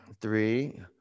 three